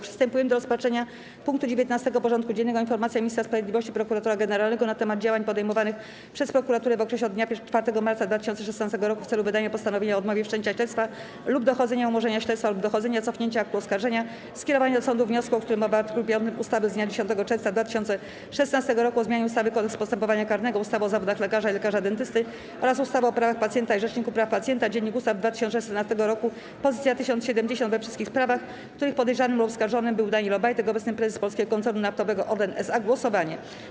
Przystępujemy do rozpatrzenia punktu 19. porządku dziennego: Informacja Ministra Sprawiedliwości, Prokuratora Generalnego na temat działań podejmowanych przez prokuraturę w okresie od dnia 4 marca 2016 r. w celu wydania postanowienia o odmowie wszczęcia śledztwa lub dochodzenia; umorzenia śledztwa lub dochodzenia; cofnięcia aktu oskarżenia; skierowania do sądu wniosku, o którym mowa w art. 5 ustawy z dnia 10 czerwca 2016 r. o zmianie ustawy - Kodeks postępowania karnego, ustawy o zawodach lekarza i lekarza dentysty oraz ustawy o prawach pacjenta i Rzeczniku Praw Pacjenta (Dz.U. z 2016 r. poz. 1070) we wszystkich sprawach, w których podejrzanym lub oskarżonym był Daniel Obajtek - obecny Prezes Polskiego Koncernu Naftowego ORLEN S.A. - głosowanie.